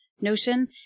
notion